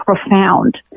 profound